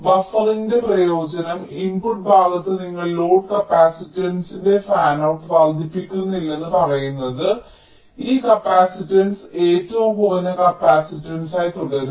ബഫറിംഗിന്റെ പ്രയോജനം ഇൻപുട്ട് ഭാഗത്ത് നിങ്ങൾ ലോഡ് കപ്പാസിറ്റൻസിന്റെ ഫാനൌട്ട് വർദ്ധിപ്പിക്കുന്നില്ലെന്ന് പറയുന്നത് ഈ കപ്പാസിറ്റൻസ് ഏറ്റവും കുറഞ്ഞ കപ്പാസിറ്റൻസായി തുടരുന്നു